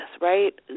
right